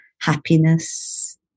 happiness